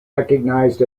recognized